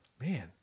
man